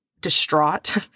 distraught